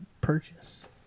Purchase